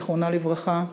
זיכרונה לברכה,